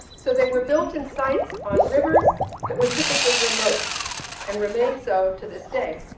so they were built in sites on rivers that were typically remote and remain so to this day.